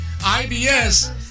IBS